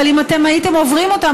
אבל אם הייתם עוברים אותם,